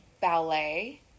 ballet